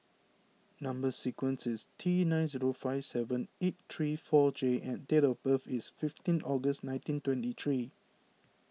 Number Sequence is T nine zero five seven eight three four J and date of birth is fifteen August nineteen twenty three